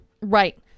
right